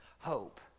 hope